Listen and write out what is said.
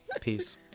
Peace